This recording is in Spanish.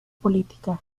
política